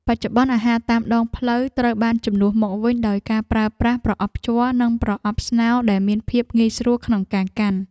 បច្ចុប្បន្ន អាហារតាមដងផ្លូវត្រូវបានជំនួសមកវិញដោយការប្រើប្រាស់ប្រអប់ជ័រ និងប្រអប់ស្នោដែលមានភាពងាយស្រួលក្នុងការកាន់។